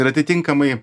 ir atitinkamai